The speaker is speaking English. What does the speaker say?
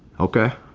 okay,